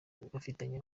bafitanye